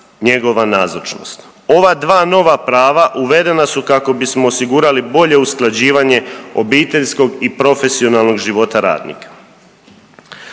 njegova nazočnost. Ova dva nova prava uvedena su kako bismo osigurali bolje usklađivanje obiteljskog i profesionalnog života radnika.